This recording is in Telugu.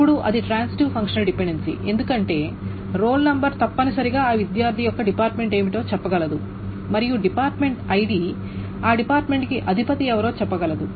ఇప్పుడు ఇది ట్రాన్సిటివ్ ఫంక్షనల్ డిపెండెన్సీ ఎందుకంటే రోల్ నంబర్ తప్పనిసరిగా ఆ విద్యార్థి యొక్క డిపార్ట్మెంట్ ఏమిటో చెప్పగలదు మరియు డిపార్ట్మెంట్ ఐడి ఆ డిపార్ట్మెంట్ కి అధిపతి ఎవరో చెప్పగలదు